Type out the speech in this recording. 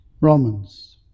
Romans